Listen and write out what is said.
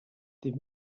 die